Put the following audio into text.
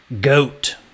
goat